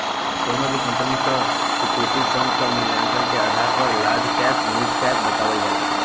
कउनो भी कंपनी क इक्विटी फण्ड क मूल्यांकन के आधार पर लार्ज कैप मिड कैप बतावल जाला